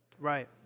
Right